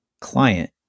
client